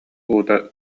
уута